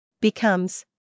Becomes